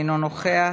אינו נוכח,